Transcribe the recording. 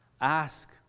Ask